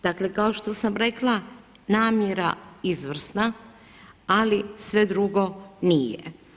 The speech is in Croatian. Dakle kao što sam rekla, namjera izvrsna, ali sve drugo nije.